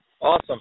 Awesome